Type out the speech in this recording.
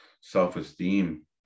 self-esteem